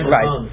Right